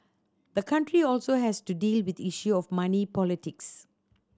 the country also has to deal with the issue of money politics